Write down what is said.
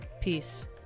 Peace